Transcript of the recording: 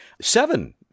Seven